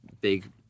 big